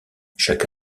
chaque